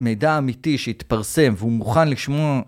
מידע אמיתי שהתפרסם והוא מוכן לשמוע